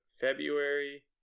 February